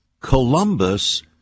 Columbus